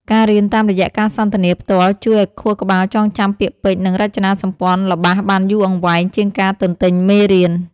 ការរៀនតាមរយៈការសន្ទនាផ្ទាល់ជួយឱ្យខួរក្បាលចងចាំពាក្យពេចន៍ និងរចនាសម្ព័ន្ធល្បះបានយូរអង្វែងជាងការទន្ទេញមេរៀន។